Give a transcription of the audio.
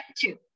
two